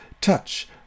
touch